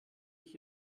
ich